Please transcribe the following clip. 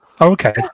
Okay